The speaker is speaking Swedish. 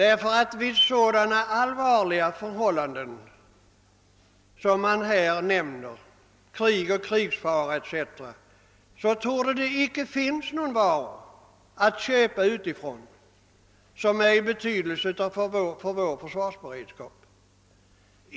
Under sådana allvarliga förhållanden som man här nämner, krig eller krigsfara, torde det inte finnas några varor att köpa utifrån som är av betydelse för vår försvarsberedskap.